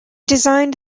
designed